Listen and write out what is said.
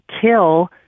kill